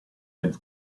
nel